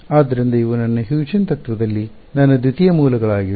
ಆದ್ದರಿಂದ ಇವು ನನ್ನ ಹ್ಯೂಜೆನ್ಸ್ ತತ್ವದಲ್ಲಿ ನನ್ನ ದ್ವಿತೀಯ ಮೂಲಗಳಾಗಿವೆ